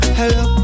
hello